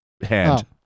Hand